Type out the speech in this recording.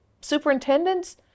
superintendents